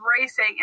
racing